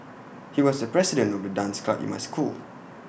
he was the president of the dance club in my school